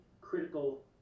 critical